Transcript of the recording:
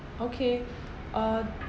okay uh